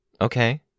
Okay